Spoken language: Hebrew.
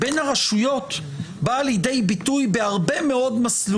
דעתי הפוך